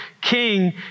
king